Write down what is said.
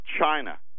China